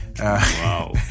wow